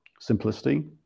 Simplicity